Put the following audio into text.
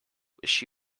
wish